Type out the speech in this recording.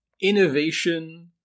innovation